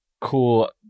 cool